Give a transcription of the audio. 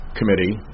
Committee